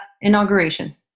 inauguration